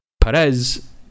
Perez